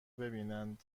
ببیند